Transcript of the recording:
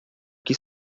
que